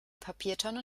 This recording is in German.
papiertonne